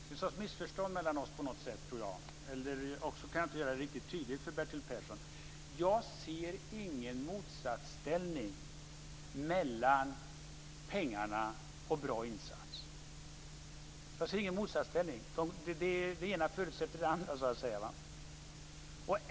Fru talman! Jag tror att det råder en sorts missförstånd mellan oss, eller också kan jag inte göra det riktigt tydligt för Bertil Persson. Jag ser ingen motsatsställning mellan pengarna och bra insatser. Det ena förutsätter det andra, så att säga.